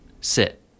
sit